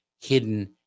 hidden